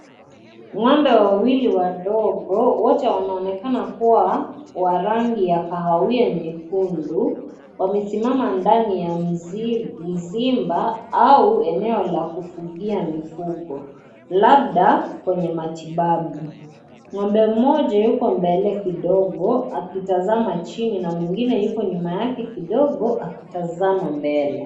Ng'ombe wawili wadogo wote wanaonekana kuwa wa rangi ya kahawia nyekundu, wamesimama ndani ya mzimba au eneo la kufugia mifugo. Labda kwenye matibabu.Ng'ombe mmoja yuko mbele kidogo akitazama chini na mwingine yuko nyuma yake kidogo akitazama mbele.